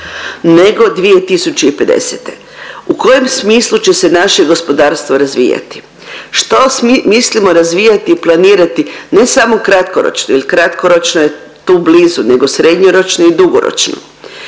nego 2050. U kojem smislu će se naše gospodarstvo razvijati, što mislimo razvijati i planirati ne samo kratkoročno jer kratkoročno je tu blizu nego srednjoročno i dugoročno.